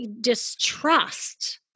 distrust